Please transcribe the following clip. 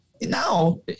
now